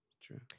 true